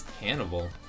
Hannibal